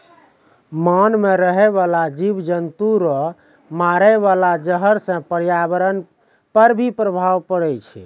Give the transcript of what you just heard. मान मे रहै बाला जिव जन्तु रो मारे वाला जहर से प्रर्यावरण पर भी प्रभाव पड़ै छै